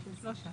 שלושה.